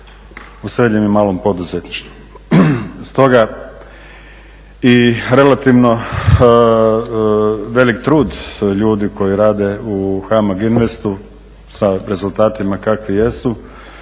u srednjem i malom poduzetništvu. Stoga i relativno velik trud ljudi koji rade u HAMAG Investu sa rezultatima kakvi jesu